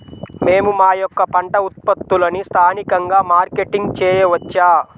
మేము మా యొక్క పంట ఉత్పత్తులని స్థానికంగా మార్కెటింగ్ చేయవచ్చా?